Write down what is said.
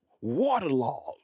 waterlogged